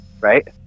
right